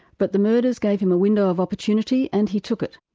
but the murders gave him a window of opportunity and he took it,